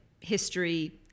history